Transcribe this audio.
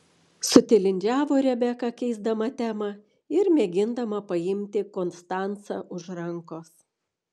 sutilindžiavo rebeka keisdama temą ir mėgindama paimti konstancą už rankos